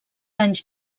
anys